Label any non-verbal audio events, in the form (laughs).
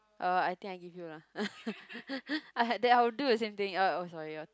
uh I think I give you lah (laughs) I had that I will do the same thing uh oh sorry your turn